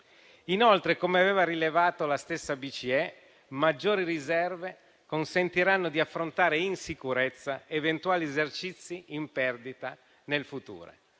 Inoltre, come aveva rilevato la stessa BCE, maggiori riserve consentiranno di affrontare in sicurezza eventuali esercizi in perdita nel futuro.